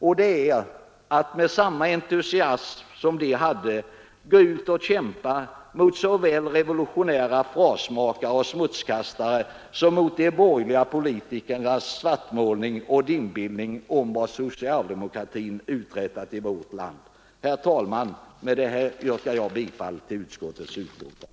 Och det är att med samma entusiasm som de hade gå ut och kämpa såväl mot revolutionära frasmakare och smutskastare som mot de borgerliga politikernas svart målning av och inbillning om vad socialdemokratin uträttat i vårt land. Herr talman! Jag ber att få yrka bifall till utskottets hemställan.